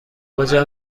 کجا